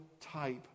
type